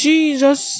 Jesus